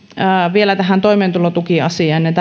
vielä tähän toimeentulotukiasiaan